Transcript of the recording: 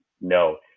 no